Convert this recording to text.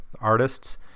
artists